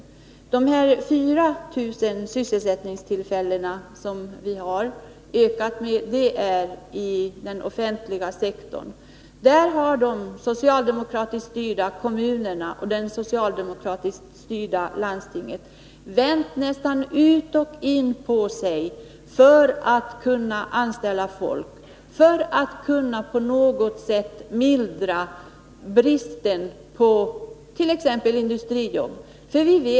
Ökningen med 4 000 arbeten gäller den offentliga sektorn. Här har de socialdemokratiskt styrda kommunerna och det socialdemokratiskt styrda landstinget vänt nästan ut och in på sig för att kunna anställa folk, för att på något sätt kunna mildra bristen på t.ex. industrijobb.